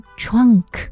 trunk